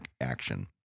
action